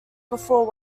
before